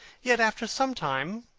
yet, after some time,